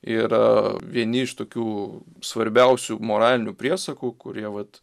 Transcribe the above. yra vieni iš tokių svarbiausių moralinių priesakų kurie vat